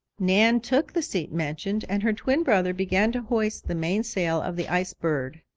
nan took the seat mentioned, and her twin brother began to hoist the mainsail of the ice bird.